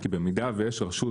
כי במידה ויש רשות,